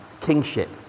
kingship